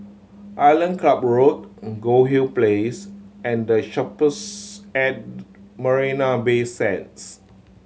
Island Club Road Goldhill Place and The Shoppes at Marina Bay Sands